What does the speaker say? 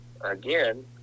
again